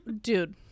Dude